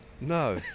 no